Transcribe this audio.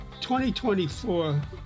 2024